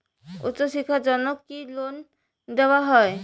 উচ্চশিক্ষার জন্য কি লোন দেওয়া হয়?